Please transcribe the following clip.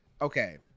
Okay